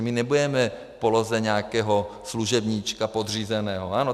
My nebudeme v poloze nějakého služebníčka, podřízeného.